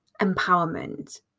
empowerment